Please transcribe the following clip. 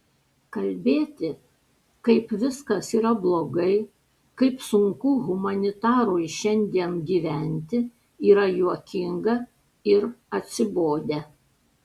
kalbėti kaip viskas yra blogai kaip sunku humanitarui šiandien gyventi yra juokinga ir atsibodę